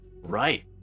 Right